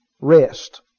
Rest